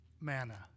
manna